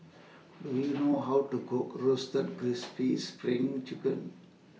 Do YOU know How to Cook Roasted Crispy SPRING Chicken